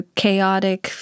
chaotic